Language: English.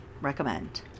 Recommend